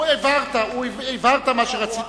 הבהרת מה שרצית.